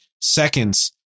Seconds